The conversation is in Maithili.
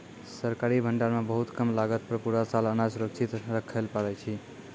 सरकारी भंडार मॅ बहुत कम लागत पर पूरा साल अनाज सुरक्षित रक्खैलॅ पारै छीं